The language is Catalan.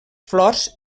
flors